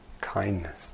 kindness